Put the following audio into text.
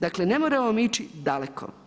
Dakle, ne moramo mi ići daleko.